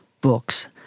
books